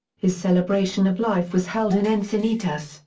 his celebration of life was held in encinitas,